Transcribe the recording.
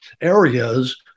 areas